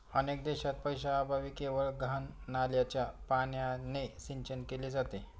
अनेक देशांत पैशाअभावी केवळ घाण नाल्याच्या पाण्याने सिंचन केले जाते